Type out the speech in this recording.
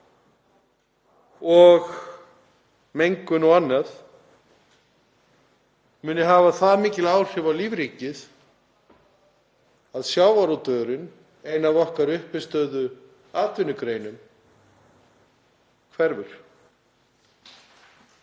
og mengun og annað muni hafa það mikil áhrif á lífríkið að sjávarútvegurinn, ein af okkar uppistöðuatvinnugreinum, hverfi.